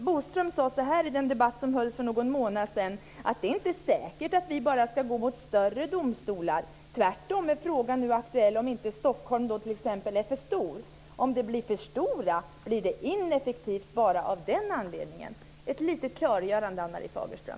Bodström sade i den debatt som hölls för någon månad sedan: Det är inte säkert att vi bara ska gå mot större domstolar. Tvärtom är frågan nu aktuell om inte t.ex. Stockholms tingsrätt är för stor. Om det blir för stora domstolar blir det ineffektivt bara av den anledningen. Ett litet klargörande, Ann-Marie Fagerström!